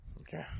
Okay